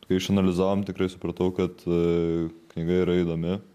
kai išsianalizavom tikrai supratau kad knyga yra įdomi